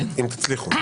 אם תצליחו,